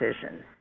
decisions